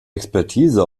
expertise